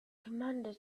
commander